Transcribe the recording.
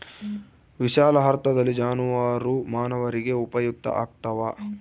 ವಿಶಾಲಾರ್ಥದಲ್ಲಿ ಜಾನುವಾರು ಮಾನವರಿಗೆ ಉಪಯುಕ್ತ ಆಗ್ತಾವ